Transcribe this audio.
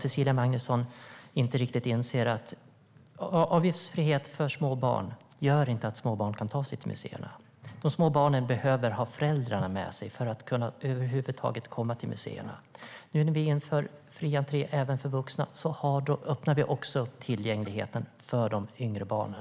Cecilia Magnusson inser inte riktigt att avgiftsfrihet för små barn inte gör att små barn kan ta sig till museerna. De små barnen behöver ha föräldrarna med sig för att över huvud taget komma till museerna. Nu när vi inför fri entré även för vuxna öppnar det tillgängligheten för de yngre barnen.